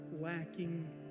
lacking